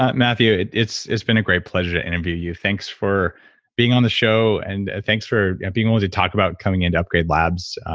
matthew, it's it's been a great pleasure to interview you. thanks for being on the show and thanks for and being the one to talk about coming into upgrade labs.